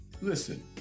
Listen